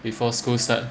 before school start